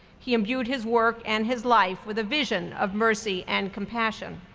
he imbued his work and his life with a vision of mercy and compassion.